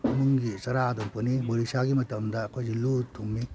ꯏꯃꯨꯡꯒꯤ ꯆꯥꯔꯥ ꯑꯗꯨꯝ ꯄꯨꯅꯩ ꯕꯣꯔꯤꯁꯥꯒꯤ ꯃꯇꯝꯗ ꯑꯩꯈꯣꯏꯁꯤ ꯂꯨ ꯊꯨꯝꯏ